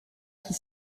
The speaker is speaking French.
qui